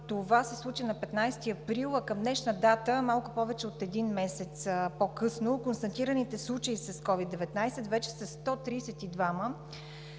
Това се случи на 15 април, а към днешна дата, малко повече от един месец по-късно, констатираните случаи с COVID-19 вече са 132-ма,